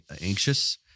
anxious